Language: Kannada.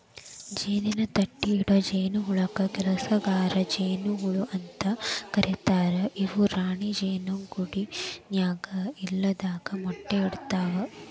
ಜೇನಿನ ತಟ್ಟಿಇಡೊ ಜೇನಹುಳಕ್ಕ ಕೆಲಸಗಾರ ಜೇನ ಹುಳ ಅಂತ ಕರೇತಾರ ಇವು ರಾಣಿ ಜೇನು ಗೂಡಿನ್ಯಾಗ ಇಲ್ಲದಾಗ ಮೊಟ್ಟಿ ಇಡ್ತವಾ